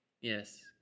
Yes